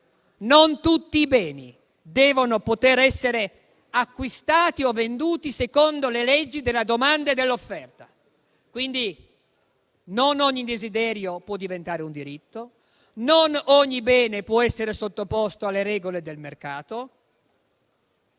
Non tutti i beni devono poter essere acquistati o venduti secondo le leggi della domanda e dell'offerta. Quindi, non ogni desiderio può diventare un diritto, non ogni bene può essere sottoposto alle regole del mercato.